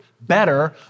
better